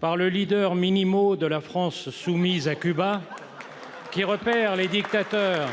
par le de la France soumise à Cuba, qui repère les dictateurs